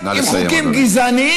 עם חוקים גזעניים,